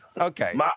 Okay